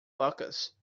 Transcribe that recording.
bacchus